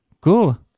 Cool